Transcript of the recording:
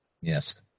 Yes